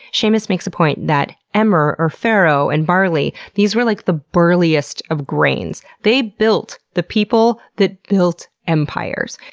seamus makes a point that emmer or farro and barley, these were like the burliest of grains, they built the people that built empires.